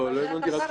לא הבנתי.